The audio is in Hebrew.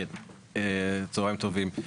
צוהריים טובים,